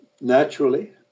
naturally